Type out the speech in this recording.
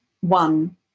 one